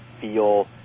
feel